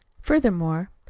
furthermore,